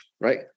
right